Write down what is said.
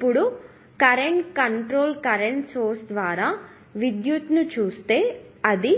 ఇప్పుడు మీరు current control current source ద్వారా విద్యుత్తును చూస్తే అది